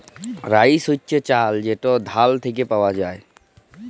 rice হছে চাল যেট ধাল থ্যাইকে পাউয়া যায়